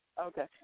Okay